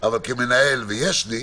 אלא כמנהל, ויש לי,